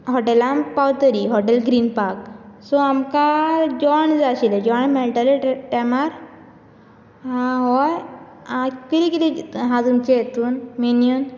हॉटेलान पावतलीं hotel green park सो आमकां जेवण जाय आशिल्ले जेवण मेळटले टायमार हय कितें कितें आसा तुमचे हातूंत मेन्यूंत